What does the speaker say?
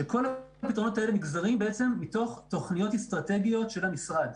שכל הפתרונות האלה נגזרים מתוך תוכניות אסטרטגיות של המשרד.